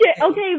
Okay